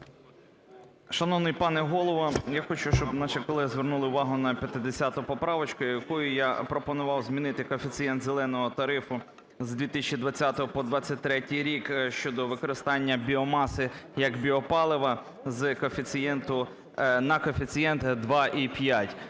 Шановний пане Голово, я хочу, щоб наші колеги звернули увагу на 50 поправочку, якою я пропонував змінити коефіцієнт "зеленого" тарифу з 2020-го по 2023 рік щодо використання біомаси як біопалива з коефіцієнту…